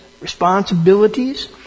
responsibilities